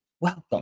welcome